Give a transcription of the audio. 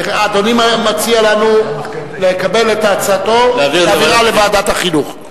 אדוני מציע לנו לקבל את הצעתו להעברה לוועדת החינוך,